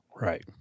Right